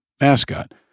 mascot